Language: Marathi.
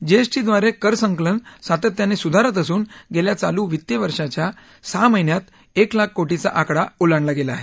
जीएसटीद्वारे करसंकलन सातत्यानं सुधारत असून गेल्या चालू वित्तीय वर्षाच्या गेल्या सहा महिन्यात एक लाख कोटीचा आकडा ओलांडला आहे